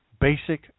basic